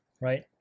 Right